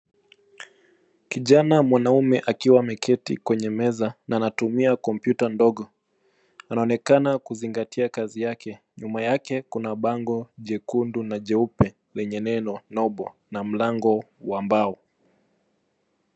Kijana mwanaume akiwa ameketi kwenye meza na anatumia kompyuta ndogo anaonekana kuzingatia kazi yake. Nyuma yake kuna bango jekundu na jeupe lenye neno nobo na mlango wa mbao.